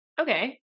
Okay